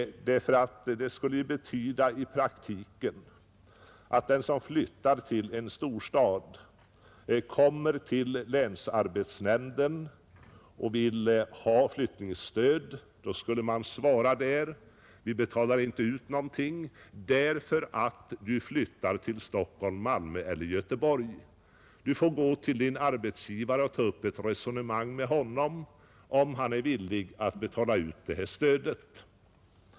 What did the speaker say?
I praktiken skulle det nämligen betyda att den som avser att flytta till en storstad och kommer till länsarbetsnämnden och vill ha flyttningsstöd skulle få svaret: Vi betalar inte ut någonting, därför att du flyttar till Stockholm, Malmö eller Göteborg. Du får gå till din arbetsgivare och ta upp ett resonemang med honom, om han är villig att betala ut detta stöd.